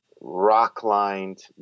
rock-lined